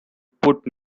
put